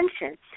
attention